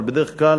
אבל בדרך כלל